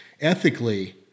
Ethically